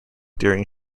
during